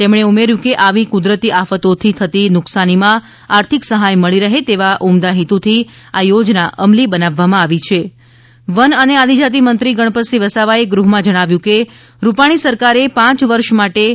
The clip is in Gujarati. તેમણે ઉમેર્યું હતું કે આવી કુદરતી આફતોથી થતી નુકસાનીમાં આર્થિક સહાય મળી રહે તેવા ઉમદા હેતુથી આ યોજના અમલી બનાવવામાં આવી વાં વન અને આદિજાતિ મંત્રી ગણપતસિંહ વસાવાએ ગૃહ માં જણાવ્યુ હતું કે રૂપાણી સરકારે પાંચ વર્ષ માટે રૂ